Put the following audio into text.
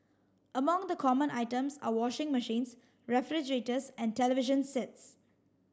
among the common items are washing machines refrigerators and television sets